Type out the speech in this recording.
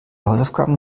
hausaufgaben